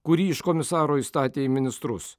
kurį iš komisaro įstatė į ministrus